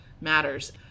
matters